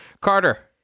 carter